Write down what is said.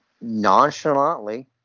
nonchalantly